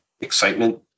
excitement